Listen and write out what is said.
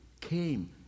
came